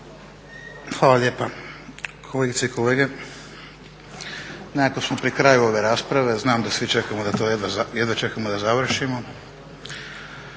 Hvala lijepa. Kolegice i kolege. Nekako smo pri kraju ove rasprave i znam da svi čekamo da završimo.